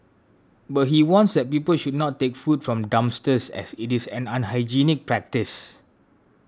but he warns that people should not take food from dumpsters as it is an unhygienic practice